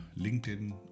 LinkedIn